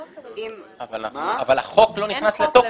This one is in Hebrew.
אבל החוק לא נכנס לתוקף.